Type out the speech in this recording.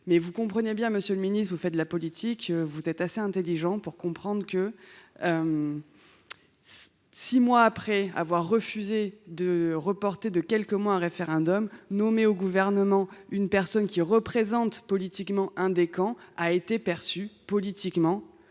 si elle le peut. Mais, monsieur le ministre, vous qui faites de la politique, vous êtes assez intelligent pour comprendre que, six mois après avoir refusé de reporter de quelques mois un référendum, nommer au Gouvernement une personne qui représente l’un des camps a été perçu comme